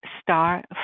star